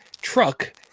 truck